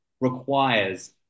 requires